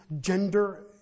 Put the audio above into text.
gender